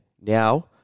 now